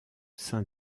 sein